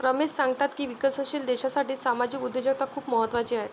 रमेश सांगतात की विकसनशील देशासाठी सामाजिक उद्योजकता खूप महत्त्वाची आहे